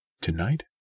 Tonight